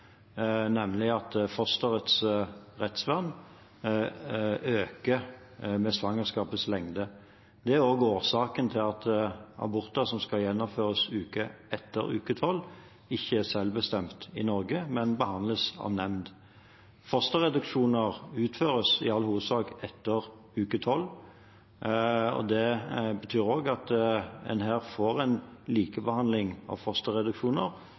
nemlig at fosterets rettsvern øker med svangerskapets lengde. Det er også årsaken til at aborter som gjennomføres etter uke tolv, ikke er selvbestemt i Norge, men behandles av nemnd. Fosterreduksjoner utføres i all hovedsak etter uke tolv, og det betyr også at en